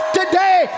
today